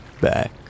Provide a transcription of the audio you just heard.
back